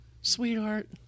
sweetheart